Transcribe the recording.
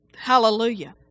Hallelujah